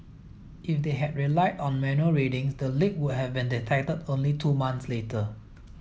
if they had relied on manual readings the leak would have been detected only two months later